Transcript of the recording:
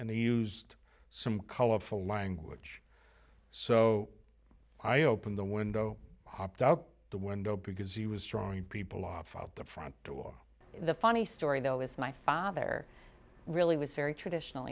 and he used some colorful language so i opened the window hopped out the window because he was drawing people off out the front door the funny story though with my father really was very traditional